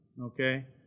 Okay